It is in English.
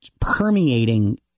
permeating